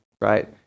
right